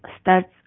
starts